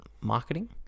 marketing